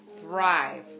thrive